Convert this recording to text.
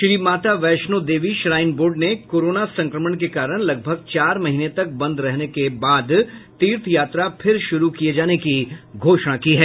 श्रीमाता Vaishno Devi shrine board ने corona संक्रमण के कारण लगभग चार महीने तक बंद रहने के बाद तीर्थ यात्रा फिर शुरू किए जाने की घोषणा की है